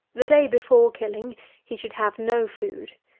the day before killing he should have no food.